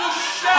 בושה, תתבייש.